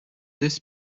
this